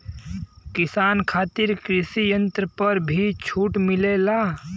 किसान खातिर कृषि यंत्र पर भी छूट मिलेला?